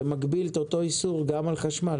שמגביל את אותו איסור גם על חשמל.